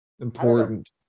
important